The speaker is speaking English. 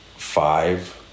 five